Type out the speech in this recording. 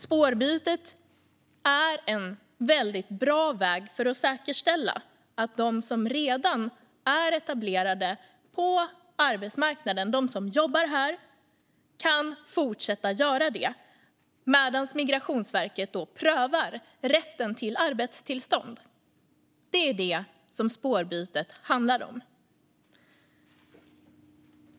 Spårbytet är en väldigt bra väg för att säkerställa att de som redan är etablerade på arbetsmarknaden och som jobbar här kan fortsätta att göra det medan Migrationsverket prövar rätten till arbetstillstånd. Det är detta som spårbytet handlar om.